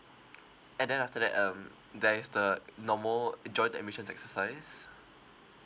and then after that um there is the uh uh normal joint admissions exercise